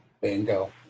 Bingo